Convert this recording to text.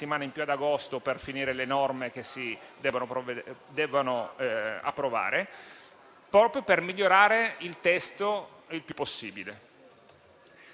in più ad agosto per terminare l'esame delle norme che si devono approvare - proprio per migliorare il testo il più possibile.